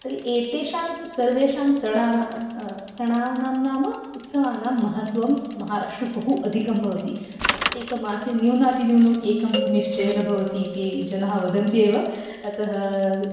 तर्हि एतेषां सर्वेषां सणाना सणानां नाम उत्सवानां महत्वं महाराष्ट्र बहु अधिकं भवति प्रत्येकमासे न्यूनातिन्यूनम् एकं तु निश्चयेन भवति इति जनः वदन्त्येव अतः